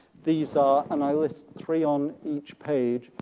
these are, and i list three on each page,